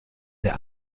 der